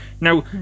now